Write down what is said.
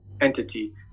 entity